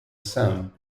some